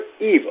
evil